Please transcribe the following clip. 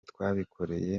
twabikoreye